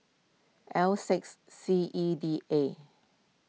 L six C E D A